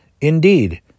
Indeed